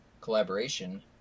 Collaboration